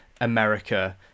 America